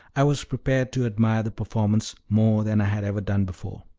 i was prepared to admire the performance more than i had ever done before.